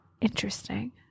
Interesting